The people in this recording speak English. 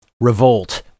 revolt